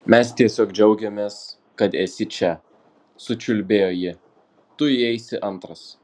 mes tiesiog džiaugiamės kad esi čia sučiulbėjo ji tu įeisi antras